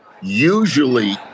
Usually